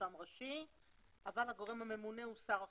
רשם ראשי אבל הגורם הממונה הוא שר החינוך.